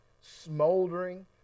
smoldering